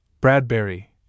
Bradbury